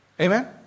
Amen